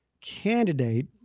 candidate